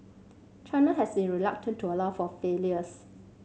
China has been reluctant to allow for failures